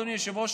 אדוני היושב-ראש,